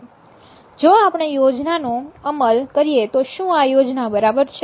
જો આપણે યોજનાનો અમલ કરીએ તો શું આ યોજના બરાબર છે